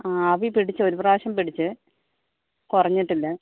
ആ ആവി പിടിച്ച് ഒരു പ്രാവശ്യം പിടിച്ച് കുറഞ്ഞിട്ടില്ല